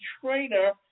trainer